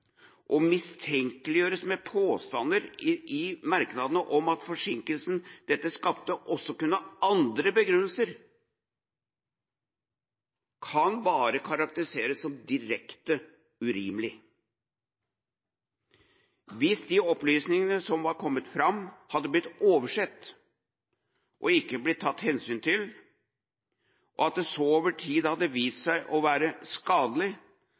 og mistenkeliggjøres med påstander i merknadene om at forsinkelsene dette skapte, også kunne ha andre begrunnelser, kan bare karakteriseres som direkte urimelig. Hvis de opplysningene som var kommet fram, hadde blitt oversett og ikke blitt tatt hensyn til, og det så over tid hadde vist seg å være skadelig,